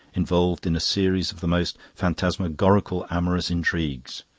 involved in a series of the most phantasmagorical amorous intrigues.